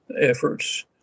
efforts